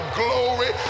glory